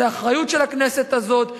זו אחריות של הכנסת הזאת,